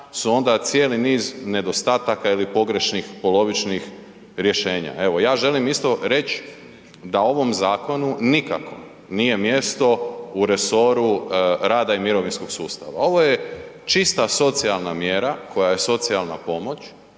su onda cijeli niz nedostataka ili pogrešnih, polovičnih rješenja. Evo ja želim isto reć da ovom zakonu nikako nije mjesto u resoru rada i mirovinskog sustava, ovo je čista socijalna mjera koja je socijalna pomoć